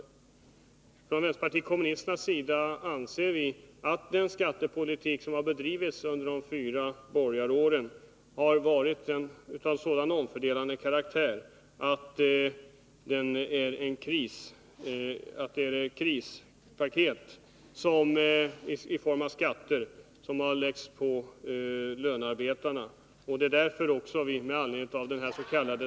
Vi från vänsterpartiet kommunisterna anser att den skattepolitik som har bedrivits under de fyra borgaråren har varit av omfördelande karaktär på så sätt att ett krispaket i form av skatter har lagts på lönarbetarna. Det är också därför som vi med anledning av dens.k.